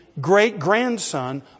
great-grandson